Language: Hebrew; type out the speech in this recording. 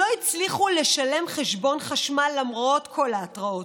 שלא הצליחו לשלם חשבון חשמל למרות כל ההתראות,